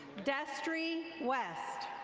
gustry west.